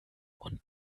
und